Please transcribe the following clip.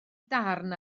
darn